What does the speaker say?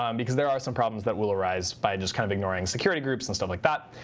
um because there are some problems that will arise by just kind of ignoring security groups and stuff like that.